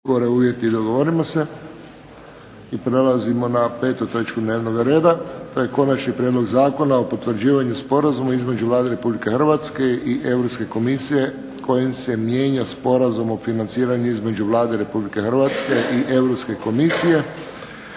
**Friščić, Josip (HSS)** I prelazimo na petu točku dnevnoga reda - Konačni prijedlog Zakona o potvrđivanju sporazuma između Vlade Republike Hrvatske i Europske komisije kojim se mijenja sporazum o financiranju između Vlade Republike Hrvatske i Europske komisije